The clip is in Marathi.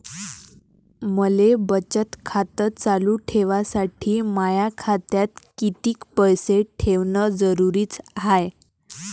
मले बचत खातं चालू ठेवासाठी माया खात्यात कितीक पैसे ठेवण जरुरीच हाय?